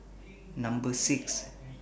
Number six